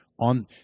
on